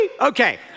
Okay